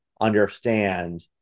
understand